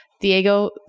Diego